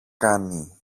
κάνει